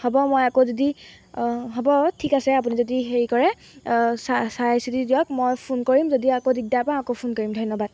হ'ব মই আকৌ যদি অঁ হ'ব ঠিক আছে আপুনি যদি হেৰি কৰে চা চাই চিতি দিয়ক মই ফোন কৰিম যদি আকৌ দিগদাৰ পাওঁ আকৌ ফোন কৰিম ধন্যবাদ